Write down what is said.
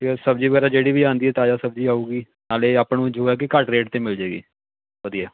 ਸਬਜ਼ੀ ਵਗੈਰਾ ਜਿਹੜੀ ਵੀ ਆਉਂਦੀ ਤਾਜ਼ਾ ਸਬਜ਼ੀ ਆਊਗੀ ਨਾਲੇ ਆਪਾਂ ਨੂੰ ਜੋ ਆ ਕਿ ਘੱਟ ਰੇਟ 'ਤੇ ਮਿਲ ਜਾਏਗੀ ਵਧੀਆ